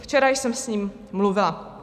Včera jsem s ním mluvila.